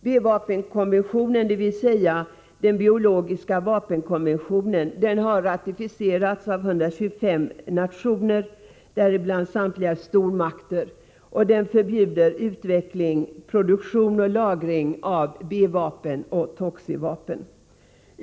B-vapenkonventionen, dvs. konventionen om biologiska vapen, har ratificerats av 125 nationer, däribland samtliga stormakter. Konventionen förbjuder utveckling, produktion och lagring av B-vapen och toxivapen.